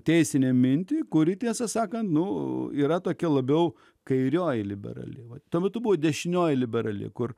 teisinę mintį kuri tiesą sakant nu yra tokia labiau kairioji liberali o tuo metu buvo dešinioji liberali kur